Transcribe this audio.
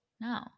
No